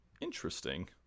interesting